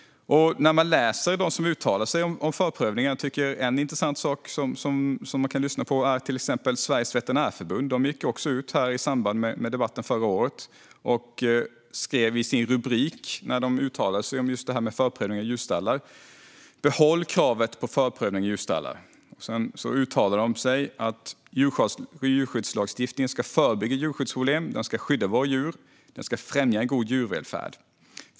Bland dem som uttalar sig om förprövningen tycker jag att Sveriges Veterinärförbund är intressant att lyssna på. I samband med debatten förra året gjorde de ett uttalande om förprövning av djurstallar under rubriken "Behåll kravet på förprövning av djurstallar". De skrev: "Djurskyddslagstiftningen ska förebygga djurskyddsproblem, skydda våra djur och främja en god djurvälfärd.